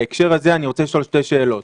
בהקשר הזה אני רוצה לשאול שתי שאלות.